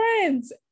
friends